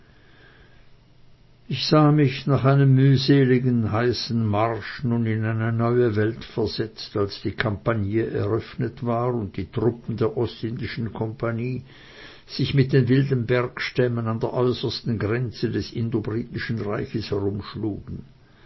ich sah mich nach einem mühseligen und heißen marsch nun in eine neue welt versetzt als die kampagne eröffnet war und die truppen der ostindischen kompanie sich mit den wilden bergstämmen an der äußersten grenze des indo britischen reiches